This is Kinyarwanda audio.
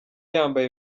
yambaye